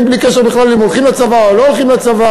בלי קשר בכלל אם הם הולכים לצבא או לא הולכים לצבא,